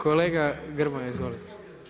Kolega Grmoja izvolite.